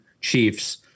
Chiefs